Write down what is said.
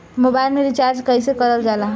Mobile में recharge कइसे करल जाला?